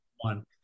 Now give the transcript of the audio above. one